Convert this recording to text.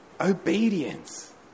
obedience